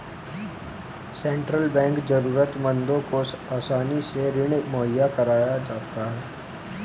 central bank जरूरतमंदों को आसानी से ऋण मुहैय्या कराता है